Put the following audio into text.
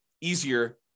easier